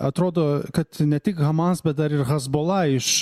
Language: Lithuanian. atrodo kad ne tik hamas bet dar ir hezbollah iš